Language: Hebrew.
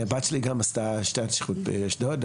הבת שלי גם עשתה שנת שירות באשדוד,